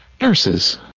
nurses